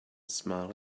smile